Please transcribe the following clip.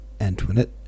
Antoinette